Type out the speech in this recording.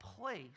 place